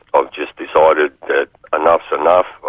ah just decided that enough's enough,